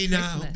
now